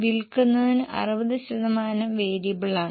മൂല്യത്തകർച്ച മാറ്റമില്ലാതെ തുടരും